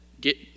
get